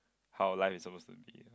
how life is suppose to be